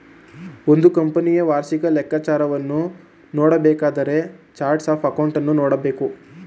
ಒಂದು ಕಂಪನಿಯ ವಾರ್ಷಿಕ ಲೆಕ್ಕಾಚಾರವನ್ನು ನೋಡಬೇಕಾದರೆ ಚಾರ್ಟ್ಸ್ ಆಫ್ ಅಕೌಂಟನ್ನು ನೋಡಬೇಕು